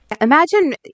imagine